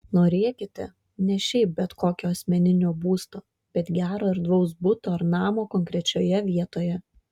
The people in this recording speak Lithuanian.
norėkite ne šiaip bet kokio asmeninio būsto bet gero erdvaus buto ar namo konkrečioje vietoje